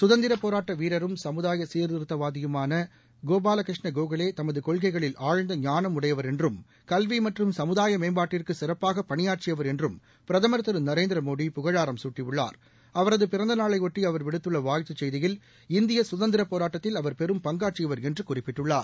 கதந்திர போராட்ட வீரரும் சமுதாய சீர்திருத்தவாதியுமான கோபால கிருஷ்ன கோகலே தமது கொள்கைகளில் ஆழ்நத ஞானமுடையவரென்றும் கல்வி மற்றும் சமுதாய மேம்பாட்டிற்கு சிறப்பாக பணியாற்றியவர் என்றும் பிரதமர் திரு நரேந்திர மோடி புகழாரம் சூட்டியுள்ளார் அவரது பிறந்த நாளையொட்டி அவர் விடுத்துள்ள வாழ்த்துச் செய்தியில் இந்திய சுதந்திர போராட்டத்தில் அவர் பெரும் பங்காற்றியவர் என்று குறிப்பிட்டுள்ளார்